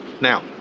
now